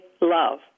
love